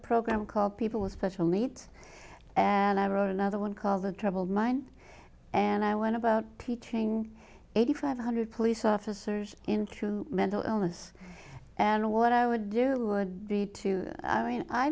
program called people with special needs and i wrote another one called the troubled mind and i went about teaching eighty five hundred police officers in true mental illness and what i would do would be to i